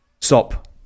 Stop